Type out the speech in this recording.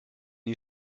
you